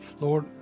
Lord